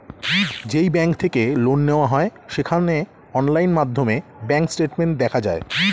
যেই ব্যাঙ্ক থেকে লোন নেওয়া হয় সেখানে অনলাইন মাধ্যমে ব্যাঙ্ক স্টেটমেন্ট দেখা যায়